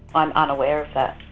i'm unaware of that.